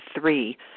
three